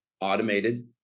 automated